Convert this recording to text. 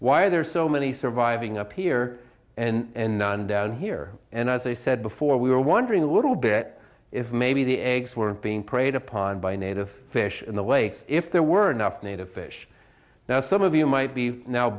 are there so many surviving up here and none down here and as i said before we were wondering a little bit if maybe the eggs weren't being preyed upon by native fish in the lakes if there weren't enough native fish now some of you might be now